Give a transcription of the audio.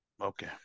okay